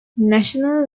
national